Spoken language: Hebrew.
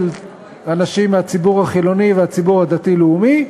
אנשים מהציבור החילוני והציבור הדתי-לאומי,